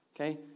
Okay